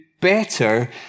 better